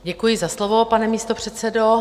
Děkuji za slovo, pane místopředsedo.